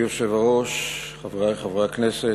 אדוני היושב-ראש, חברי חברי הכנסת,